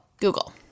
Google